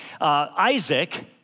Isaac